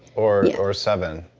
or or seven?